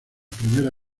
primera